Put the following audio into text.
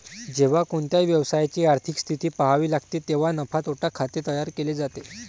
जेव्हा कोणत्याही व्यवसायाची आर्थिक स्थिती पहावी लागते तेव्हा नफा तोटा खाते तयार केले जाते